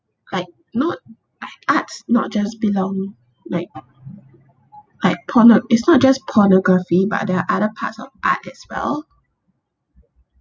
like not like art not just belong like like porno~ is not just pornography but there are other parts of art as well